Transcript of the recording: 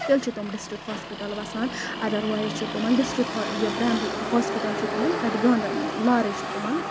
تیٚلہِ چھِ تِم ڈِسٹرک ہوسپِٹل وَسان اَدر وایز چھِ تِمن ڈِسٹرک یہِ پریمری ہوسپِٹل چھُ تِمَن کَتہِ گاندر لارٕے چھُ تِمَن